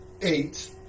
eight